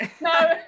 No